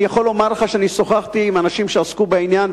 אני יכול לומר לך שאני שוחחתי עם אנשים שעסקו בעניין,